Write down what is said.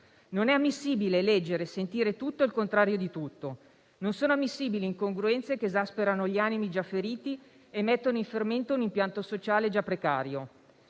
Non è ammissibile leggere e sentire tutto e il contrario di tutto; non sono ammissibili incongruenze che esasperano gli animi già feriti e mettono in fermento un impianto sociale già precario.